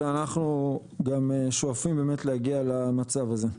אנחנו שואפים להגיע למצב הזה.